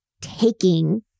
taking